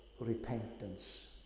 repentance